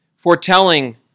Foretelling